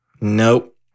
Nope